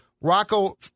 Rocco